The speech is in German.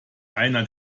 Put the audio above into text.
einer